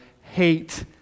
hate